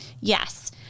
Yes